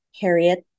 Harriet